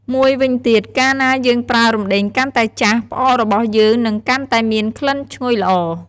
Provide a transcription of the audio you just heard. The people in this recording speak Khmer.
មួយវិញទៀត កាលណាយើងប្រើរំដេងកាន់តែចាស់ ផ្អករបស់យើងនឹងកាន់តែមានក្លិនឈ្ងុយល្អ។